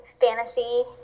fantasy